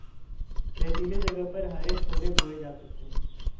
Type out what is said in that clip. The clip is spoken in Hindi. रेतीले जगह पर हरे छोले बोए जा सकते हैं